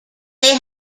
they